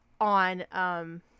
on